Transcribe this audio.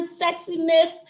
sexiness